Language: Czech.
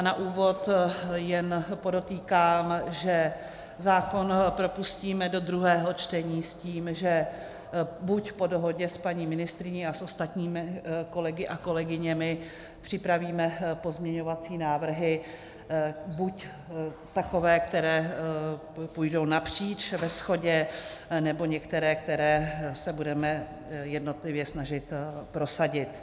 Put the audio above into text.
Na úvod jen podotýkám, že zákon propustíme do druhého čtení s tím, že buď po dohodě s paní ministryní a ostatními kolegy a kolegyněmi připravíme pozměňovací návrhy, buď takové, které půjdou napříč ve shodě, nebo některé, které se budeme jednotlivě snažit prosadit.